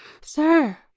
Sir